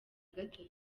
gatatu